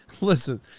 listen